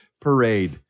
parade